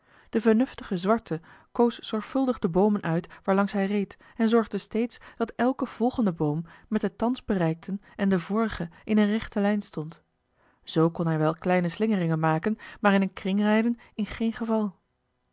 de vernuftige zwarte koos zorgvuldig de boomen uit waarlangs hij reed en zorgde steeds dat elke volgende boom met den thans bereikten en den vorigen in eene rechte lijn stond zoo kon hij wel kleine slingeringen maken maar in een kring rijden in geen geval